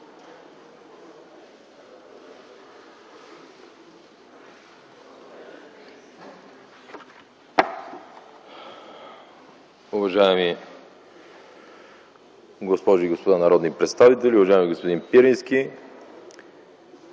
Уважаеми госпожи и господа народни представители, уважаеми господин Пирински!